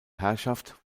herrschaft